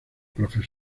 prof